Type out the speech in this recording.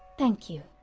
thank you.